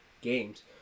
games